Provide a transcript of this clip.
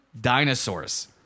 dinosaurs